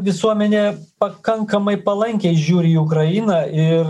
visuomenė pakankamai palankiai žiūri į ukrainą ir